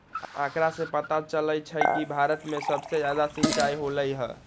आंकड़ा से पता चलई छई कि भारत में सबसे जादा सिंचाई होलई ह